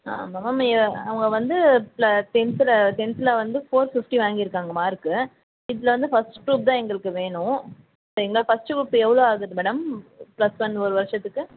ஆமாம் மேம் நீங்கள் அவங்க வந்து டென்தில் டென்தில் வந்து ஃபோர்ஃபிஃப்டி வாங்கியிருக்காங்க மார்க்கு இதில்வந்து ஃபர்ஸ்ட் குரூப்தான் எங்களுக்கு வேணும் எங்களுக்கு ஃபர்ஸ்ட் குரூப் எவ்வளோ ஆகுது மேடம் ப்ளஸ் ஒன் ஒரு வருசத்துக்கு